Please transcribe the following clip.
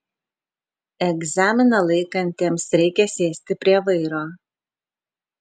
egzaminą laikantiems reikia sėsti prie vairo